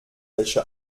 welche